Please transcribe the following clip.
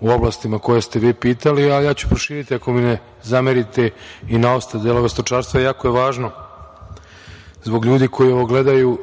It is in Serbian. u oblastima koje ste vi pitali, a ja ću proširiti, ako mi ne zamerite i na ostale delove stočarstva. Jako je važno zbog ljudi koji ovo gledaju